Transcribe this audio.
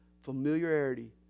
familiarity